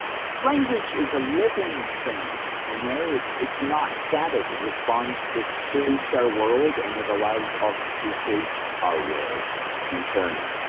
language is a living thing. you know, it's it's not static it responds, it shapes our world and it allows us to shape our world in turn.